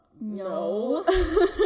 no